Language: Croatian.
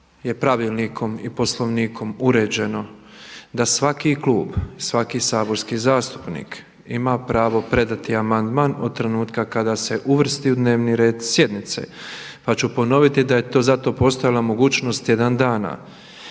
uvrsti u dnevni red sjednice.